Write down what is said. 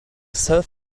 serve